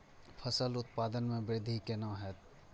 फसल उत्पादन में वृद्धि केना हैं?